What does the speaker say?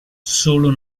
solo